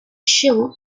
should